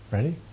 Ready